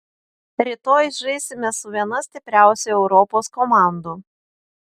rytoj žaisime su viena stipriausių europos komandų